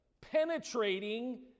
penetrating